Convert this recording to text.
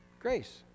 Grace